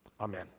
amen